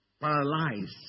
paralyzed